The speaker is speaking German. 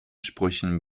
sprüchen